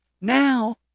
Now